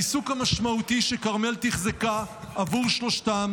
העיסוק המשמעותי שכרמל תחזקה עבור שלושתם